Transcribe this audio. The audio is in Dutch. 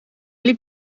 liep